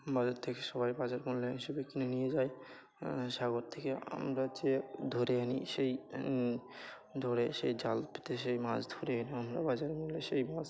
বাজার থেকে সবাই বাজার মূল্যে হিসেবে কিনে নিয়ে যায় সাগর থেকে আমরা যে ধরে আনি সেই ধরে সেই জাল পেতে সেই মাছ ধরে এনে আমরা বাজার মূল্যে সেই মাছ